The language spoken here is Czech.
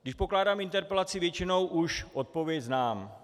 Když pokládám interpelaci, většinou už odpověď znám.